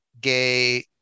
gay